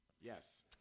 Yes